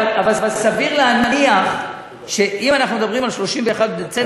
אבל סביר להניח שאם אנחנו מדברים על 31 בדצמבר,